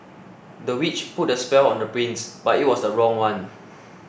the witch put a spell on the prince but it was the wrong one